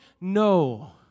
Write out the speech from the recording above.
No